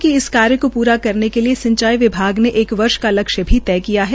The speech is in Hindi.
श्री विज ने कहा कि इस कार्य को पूरा करने के लिए सिंचाई विभाग ने एक वर्ष का लक्ष्य भी तय किया है